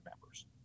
members